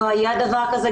לא היה דבר כזה,